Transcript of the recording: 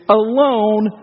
alone